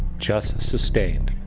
just sustained.